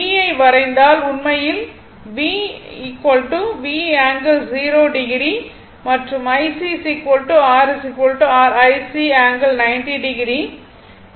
ஐ வரைந்தால் உண்மையில் V V ∠0o மற்றும் IC r r IC ∠90o ஆகும்